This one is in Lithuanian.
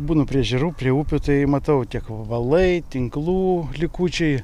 būnu prie ežerų prie upių tai matau tiek valai tinklų likučiai